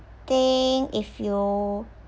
think if you